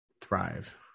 thrive